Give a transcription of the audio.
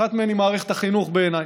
אחת מהן היא מערכת החינוך, בעיניי,